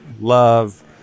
love